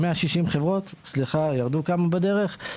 160 חברות, סליחה, ירדו כמה בדרך.